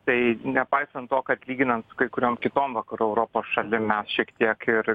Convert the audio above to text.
tai nepaisant to kad lyginant su kai kuriom kitom vakarų europos šalim mes šiek tiek ir